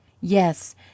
Yes